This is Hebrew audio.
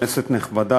כנסת נכבדה,